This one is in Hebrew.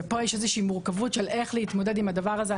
פה יש מורכבות איך להתמודד עם הדבר הזה.